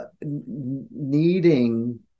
needing